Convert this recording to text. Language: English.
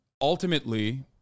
ultimately